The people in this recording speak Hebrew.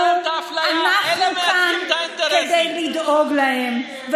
אנחנו כאן כדי לדאוג להם.